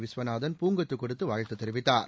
விஸ்வநாதன் பூங்கொத்து கொடுத்து வாழ்த்து தெரிவித்தார்